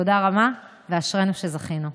תודה רבה, ואשרינו שזכינו.